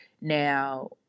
Now